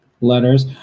letters